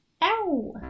Ow